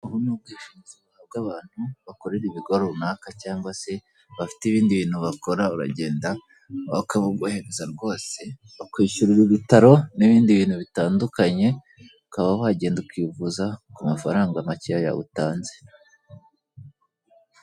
Ubu ni ubwishingizi bwa bantu bakorera ibigo runaka cyangwa se bafite ibindi bintu bakora. Uragenda bakabuguhereza rwose, bakwishyurira ibitaro n’ibindi bintu bitandukanye. Ukaba wagenda ukivuza ku mafaranga make yawe utanze.